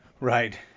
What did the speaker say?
Right